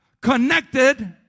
connected